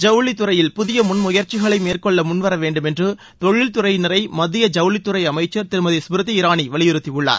ஜவுளித்துறையில் புதிய முன்முயற்சிகளை மேற்கொள்ள முன்வரவேண்டும் என்று தொழில்துறையினரை மத்திய ஜவுளித்துறை அமைச்சர் திருமதி ஸ்மிருதி இராணி வலியுறுத்தியுள்ளார்